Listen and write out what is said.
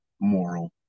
moral